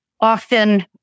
often